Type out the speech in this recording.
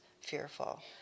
fearful